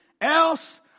else